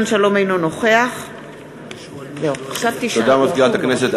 אינו נוכח תודה למזכירת הכנסת.